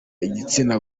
igitsina